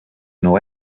know